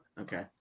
Okay